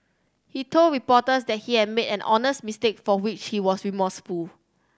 he told reporters that he had made an honest mistake for which he was remorseful